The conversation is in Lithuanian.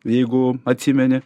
jeigu atsimeni